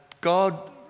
God